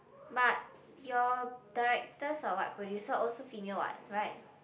but your directors or what producer also female what right